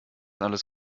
alles